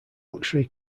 luxury